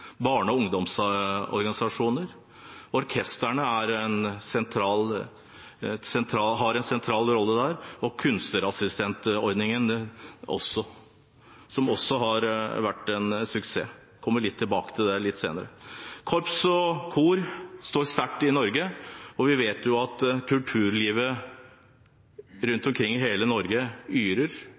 barne- og ungdomsorganisasjoner, orkestrene har en sentral rolle der, og kunstnerassistentordningen, som også har vært en suksess. Jeg kommer litt tilbake til det litt senere. Korps og kor står sterkt i Norge, vi vet at kulturlivet rundt omkring i hele Norge yrer,